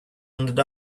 ended